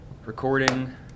recording